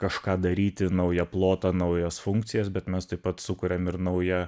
kažką daryti naują plotą naujas funkcijas bet mes taip pat sukuriam ir naują